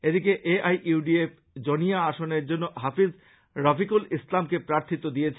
এদিকে A I U D F জনিয়া আসনের জন্য হাফিস রফিকুল ইসলামকে প্রাথীত্ব দিয়েছে